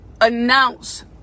announce